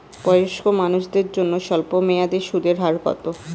বয়স্ক মানুষদের জন্য স্বল্প মেয়াদে সুদের হার কত?